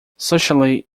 socially